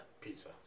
Pizza